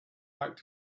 back